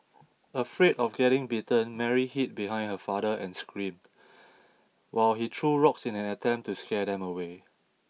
afraid of getting bitten Mary hid behind her father and screamed while he threw rocks in an attempt to scare them away